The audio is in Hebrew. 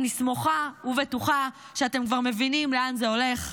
אני סמוכה ובטוחה שאתם כבר מבינים לאן זה הולך.